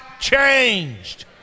changed